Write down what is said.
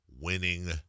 winning